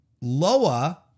Loa